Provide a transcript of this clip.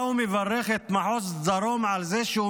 שבה הוא מברך את מחוז דרום על זה שהוא